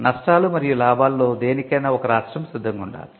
నష్టాలు మరియు లాభాలలో దేనికైనా ఒక రాష్ట్రము సిద్ధంగా ఉండాలి